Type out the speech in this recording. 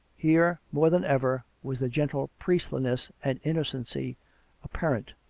here, more than ever, was the gentle priestliness and innocency apparent.